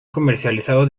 comercializado